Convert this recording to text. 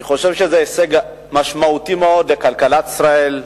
אני חושב שזה הישג משמעותי מאוד לכלכלת ישראל,